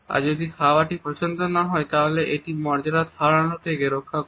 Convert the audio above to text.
আর যদি খাবারটি পছন্দ না হয় তাহলে এটি মর্যাদা হারানো থেকে রক্ষা করে